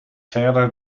verder